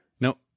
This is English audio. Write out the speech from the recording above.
No